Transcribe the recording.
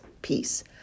peace